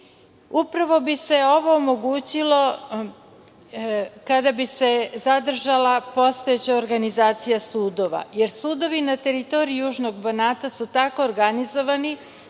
jeziku. Upravo bi se ovo omogućilo kada bi se zadržala postojeća organizacija sudova, jer sudovi na teritoriji južnog Banata su tako organizovani